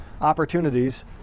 opportunities